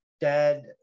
dad